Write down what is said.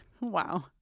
Wow